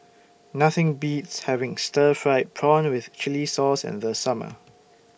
Nothing Beats having Stir Fried Prawn with Chili Sauce in The Summer